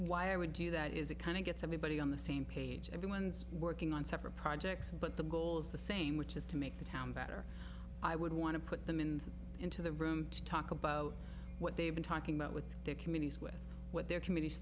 i would do that is it kind of gets everybody on the same page everyone's working on separate projects but the goal is the same which is to make the town better i would want to put them in into the room to talk about what they've been talking about with their communities